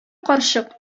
карчык